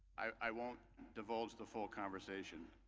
i won't divulge the full conversation.